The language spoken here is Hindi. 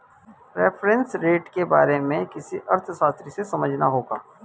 रेफरेंस रेट के बारे में किसी अर्थशास्त्री से समझना होगा